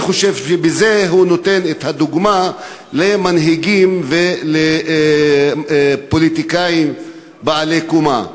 אני חושב שבזה הוא נותן את הדוגמה למנהיגים ולפוליטיקאים בעלי קומה.